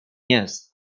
jest